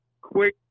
quick